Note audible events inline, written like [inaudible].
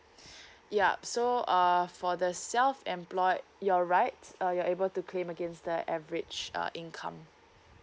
[breath] yup so uh for the self employed you're right uh you're able to claim against the average uh income